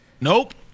Nope